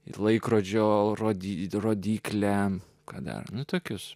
ir laikrodžio rodyklę rodyklę ant kada nu tokius